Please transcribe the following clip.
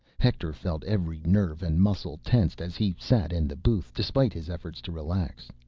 hector felt every nerve and muscle tensed as he sat in the booth, despite his efforts to relax.